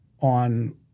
on